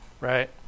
Right